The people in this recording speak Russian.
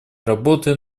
работы